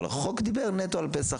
אבל החוק דיבר נטו על פסח,